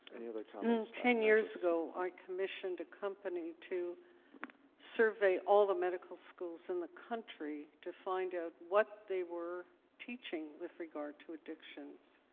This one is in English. any other comments ten years ago, i commissioned a company to survey all the medical schools in the country to find out what they were teaching with regard to addictions.